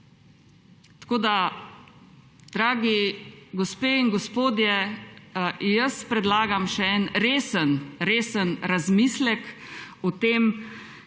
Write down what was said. Tako da, dragi gospe in gospodje, predlagam še en resen razmislek o tem,